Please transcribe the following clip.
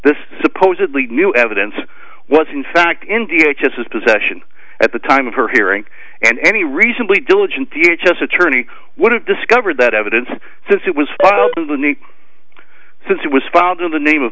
this supposedly new evidence was in fact in d h as his possession at the time of her hearing and any reasonably diligent t h s attorney would have discovered that evidence since it was the need since it was founded in the name of